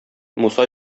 муса